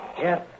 Yes